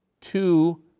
two